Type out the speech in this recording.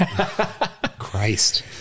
Christ